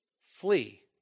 flee